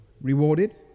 rewarded